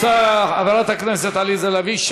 רוצה חברת הכנסת עליזה לביא,